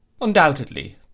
Undoubtedly